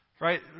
Right